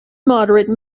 moderate